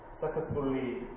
Successfully